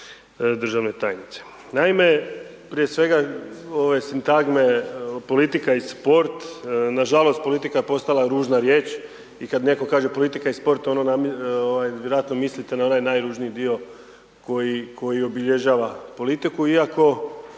Naime, prije svega ove sintagme politika i sport, nažalost, politika je postala ružna riječ, kada netko kaže politika i sport, ono vjerojatno mislite na onaj najružniji dio koji obilježava politiku, iako